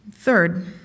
Third